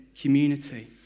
community